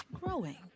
Growing